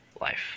life